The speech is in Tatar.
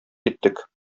киттек